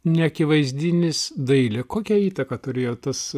neakivaizdinis dailė kokią įtaką turėjo tas